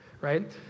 right